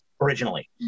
originally